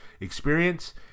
experience